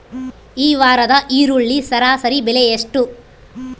ಈ ವಾರದ ಈರುಳ್ಳಿ ಸರಾಸರಿ ಬೆಲೆ ಎಷ್ಟು?